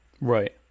right